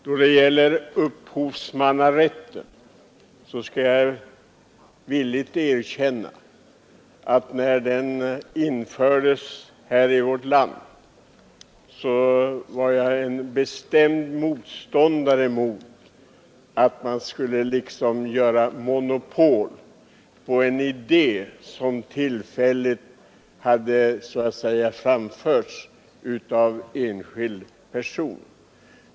Herr talman! Jag skall villigt erkänna att jag, när upphovsrätten infördes i vårt land, var bestämd motståndare mot att man skulle ge en enskild person monopol på en idé som under generationer växt fram, men framförts av en tillfällighet.